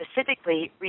specifically